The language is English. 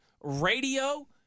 radio